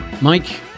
Mike